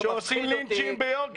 בין שעת התקפה למצב מיוחד בעורף,